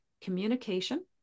communication